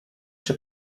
czy